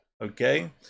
okay